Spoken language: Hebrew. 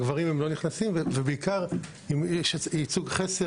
גברים הם לא נכנסים ובעיקר יש ייצוג חסר